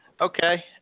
okay